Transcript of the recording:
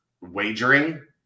wagering